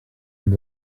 had